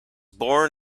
born